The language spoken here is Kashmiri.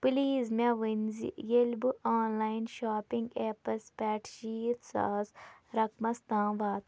پٕلیٖز مےٚ ؤنۍ زِ ییٚلہِ بہٕ آن لایِن شاپِنٛگ ایپَس پٮ۪ٹھ شیٖتھ ساس رقمَس تام وات